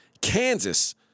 Kansas